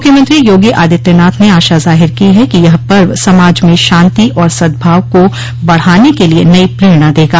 मुख्यमंत्री योगी आदित्यनाथ ने आशा जाहिर की है कि यह पर्व समाज में शान्ति और सदभाव को बढ़ाने के लिए नयी प्रेरणा देगा